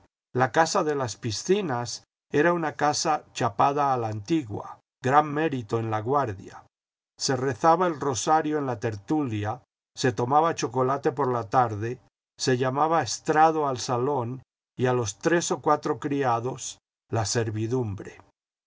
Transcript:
la casa de las piscinas era una casa chapada a la antigj a gran mérito en laguardia se rezaba el rosario en la tertulia se tomaba chocolate por la tarde se llamaba estrado al salón y a los tres o cuatro criados la servidumbre